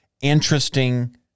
interesting